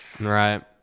Right